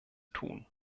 tun